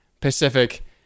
Pacific